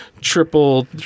Triple